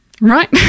right